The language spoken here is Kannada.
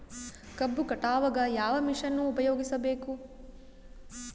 ಕಬ್ಬು ಕಟಾವಗ ಯಾವ ಮಷಿನ್ ಉಪಯೋಗಿಸಬೇಕು?